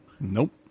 Nope